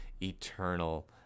eternal